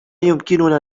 يمكننا